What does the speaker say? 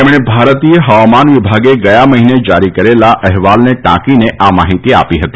તેમણે ભારતીય હવામાન વિભાગે ગયા મહિને જારી કરેલા અહેવાલને ટાંકીને આ માહિતી આપી હતી